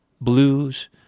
blues